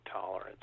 tolerance